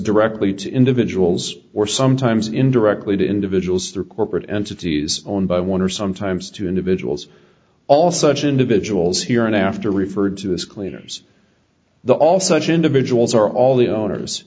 directly to individuals were sometimes indirectly to individuals through corporate entities owned by one or sometimes two individuals also much individuals here and after referred to as cleaners the also much individuals are all the owners